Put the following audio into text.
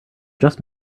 just